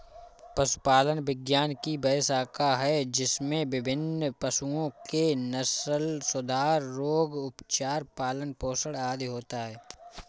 पशुपालन विज्ञान की वह शाखा है जिसमें विभिन्न पशुओं के नस्लसुधार, रोग, उपचार, पालन पोषण आदि होता है